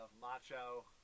Macho